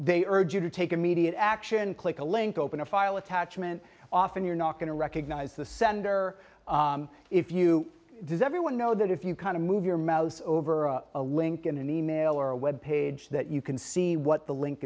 they urge you to take immediate action click a link open a file attachment often you're not going to recognize the sender if you does everyone know that if you kind of move your mouse over a link in an email or a web page that you can see what the link